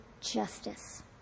justice